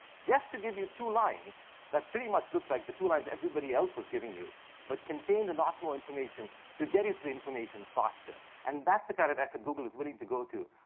just to give you two lines that pretty much look like the two lines everybody else was giving you but contained a lot more information to get you to this information faster. and that's the kind of effort google was willing to go to,